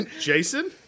Jason